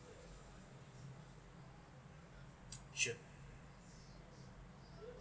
sure